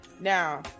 Now